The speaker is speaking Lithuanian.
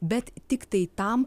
bet tiktai tam